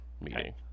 meeting